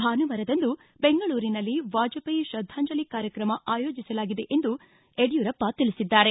ಭಾನುವಾರದಂದು ಬೆಂಗಳೂರಿನಲ್ಲಿ ವಾಜಪೇಯಿ ಶ್ರದ್ದಾಂಜಲಿ ಕಾರ್ಯಕ್ರಮ ಆಯೋಜಿಸಲಾಗಿದೆ ಎಂದು ಯಡ್ಟೂರಪ್ಪ ತಿಳಿಸಿದ್ದಾರೆ